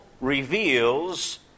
reveals